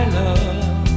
love